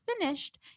finished